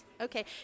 Okay